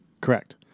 Correct